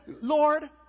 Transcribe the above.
Lord